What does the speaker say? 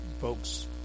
folks